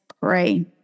pray